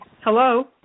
Hello